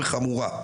וחמורה,